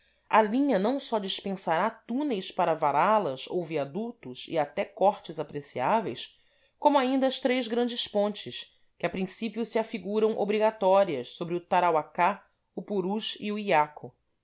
a linha não só dispensará túneis para vará las ou viadutos e até cortes apreciáveis como ainda as três grandes pontes que a princípio se afiguram obrigatórias sobre o tarauacá o purus e o iaco